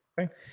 Okay